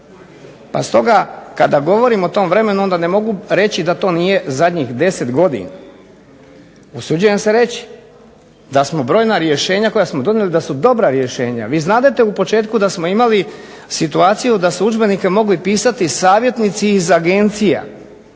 Pa stoga kada govorim o tom vremenu, onda ne mogu reći da to nije zadnjih 10 godina, usuđujem se reći da smo brojna rješenja koja smo donijeli, da su dobra rješenja. Vi znadete u početku da smo imali situaciju da su udžbenike mogli pisati savjetnici iz agencija,